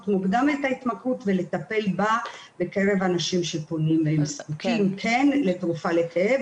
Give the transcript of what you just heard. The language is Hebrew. מוקדם את ההתמכרות ולטפל בה בקרב האנשים שפונים --- לתרופה לכאב,